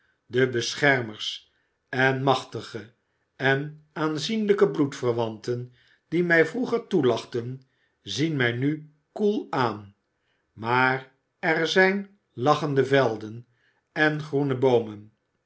de beschermers en machtige en aanzienlijke bloedverwanten die mij vroeger toelachten zien mij nu koel aan maar er zijn lachende velden en groene boomen